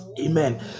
amen